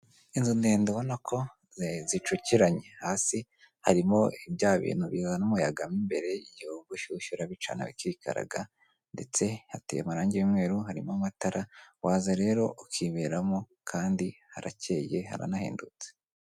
Inzu ndende ubona ko zicuciranye, hasi harimo bya bintu bizana umuyaga mu imbere igihe wumva ushyushye urabicana bikikaraga, ndetse hateye amarangi y'umweru harimo amatara, waza rero ukiberamo kandi harakeye haranahendutse.